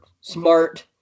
smart